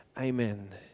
Amen